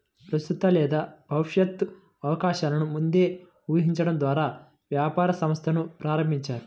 ప్రస్తుత లేదా భవిష్యత్తు అవకాశాలను ముందే ఊహించడం ద్వారా వ్యాపార సంస్థను ప్రారంభిస్తారు